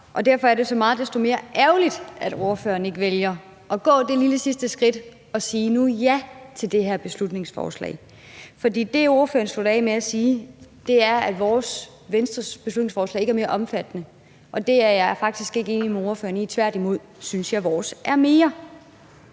og derfor er det så meget desto mere ærgerligt, at ordføreren ikke vælger at gå det lille sidste skridt og nu sige ja til det her beslutningsforslag. For det, ordføreren sluttede af med at sige, var, at Venstres beslutningsforslag ikke er omfattende nok, og det er jeg faktisk ikke enig med ordføreren i. Tværtimod synes jeg, at vores er mere